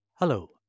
Hello